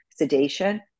Sedation